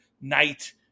night